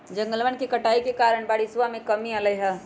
जंगलवन के कटाई के कारण बारिशवा में कमी अयलय है